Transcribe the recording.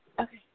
Okay